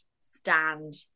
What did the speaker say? stand